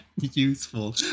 useful